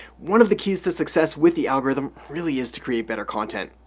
one of the keys to success with the algorithm really is to create better content.